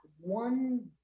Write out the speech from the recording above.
one